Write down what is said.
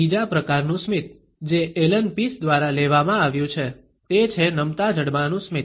ત્રીજા પ્રકારનું સ્મિત જે એલન પીસ દ્વારા લેવામાં આવ્યું છે તે છે નમતા જડબાનું સ્મિત